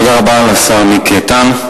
תודה רבה לשר מיקי איתן.